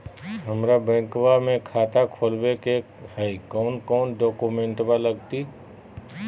हमरा बैंकवा मे खाता खोलाबे के हई कौन कौन डॉक्यूमेंटवा लगती?